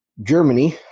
Germany